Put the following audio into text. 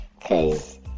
cause